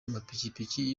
amapikipiki